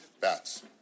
Bats